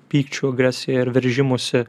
pykčiu agresija ir veržimusi